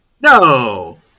No